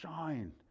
shine